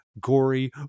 gory